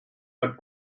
but